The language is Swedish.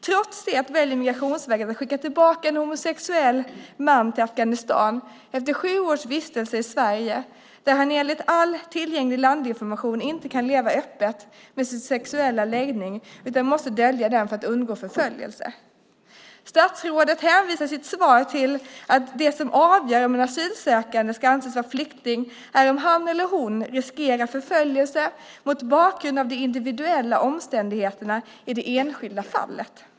Trots det väljer Migrationsverket att skicka tillbaka en homosexuell man till Afghanistan - efter sju års vistelse i Sverige - där han enligt all tillgänglig landinformation inte kan leva öppet med sin sexuella läggning utan måste dölja den för att undgå förföljelse. Statsrådet hänvisar i sitt svar till att det som avgör om en asylsökande ska anses vara flykting är om han eller hon riskerar förföljelse mot bakgrund av de individuella omständigheterna i det enskilda fallet.